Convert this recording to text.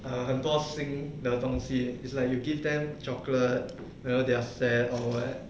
err 很多心的东西 it's like you give them chocolate you know their sad or what